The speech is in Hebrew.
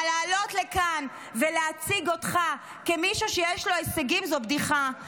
אבל לעלות לכאן ולהציג אותך כמישהו שיש לו הישגים זה בדיחה.